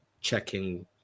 checking